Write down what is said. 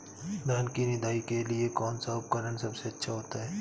धान की निदाई के लिए कौन सा उपकरण सबसे अच्छा होता है?